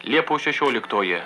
liepos šešioliktoji